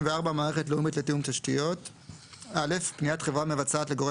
מערכת לאומית לתיאום תשתיות 54. (א)פניית חברה מבצעת לגורם